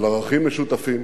ואנו מעריכים זאת מאוד.